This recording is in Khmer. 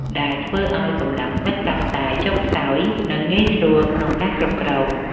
ដែលធ្វើឱ្យកម្លាំងទឹកកាន់តែចុះខ្សោយ និងងាយស្រួលក្នុងការគ្រប់គ្រង។